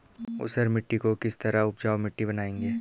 ऊसर मिट्टी को किस तरह उपजाऊ मिट्टी बनाएंगे?